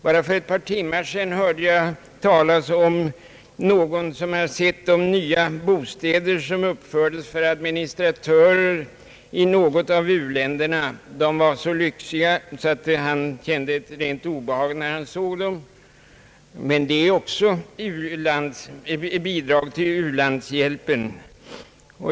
Bara för ett par timmar sedan hörde jag talas om någon som har sett nya bostäder för administratörer i något u-land. De var så lyxigt inrättade, att den här rapportören kände sig obehaglig till mods när han såg dem. Dessa bostäder har också uppförts för bidraget till u-landshjälpen.